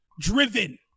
driven